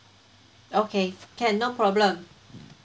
okay can no problem